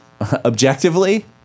objectively